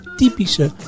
typische